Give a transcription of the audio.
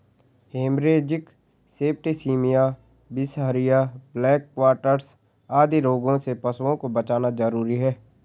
haemorrhagic septicaemia, बिसहरिया, black quarters आदि रोगों से पशुओं को बचाना जरूरी है